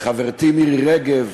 וחברתי מירי רגב,